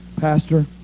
Pastor